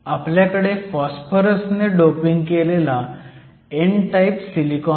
आपल्याकडे फॉस्फरस नी डोपिंग केलेला n टाईप सिलिकॉन आहे